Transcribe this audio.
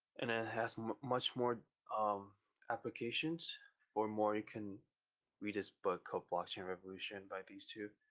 and it has um much more um applications for more you can read this book called blockchain revolution by these two,